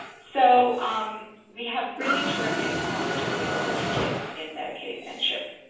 so um we have really terrific coverage available to kids in medicaid and chip.